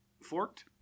Forked